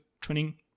training